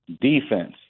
defense